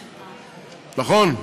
נכון?